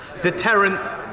deterrence